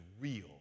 real